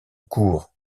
court